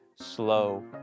slow